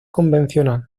convencional